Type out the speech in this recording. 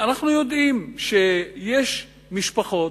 אנחנו יודעים שיש משפחות,